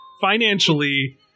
financially